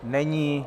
Není.